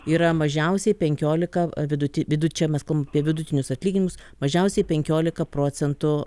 yra mažiausiai penkiolika viduti vidut čia mes kalbam apie vidutinius atlyginimus mažiausiai penkiolika procentų